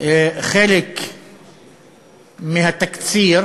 חלק מהתקציר,